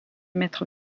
mettre